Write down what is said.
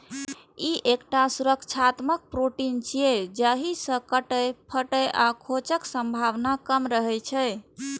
ई एकटा सुरक्षात्मक प्रोटीन छियै, जाहि सं कटै, फटै आ खोंचक संभावना कम रहै छै